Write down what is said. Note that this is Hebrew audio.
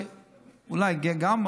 אולי גם,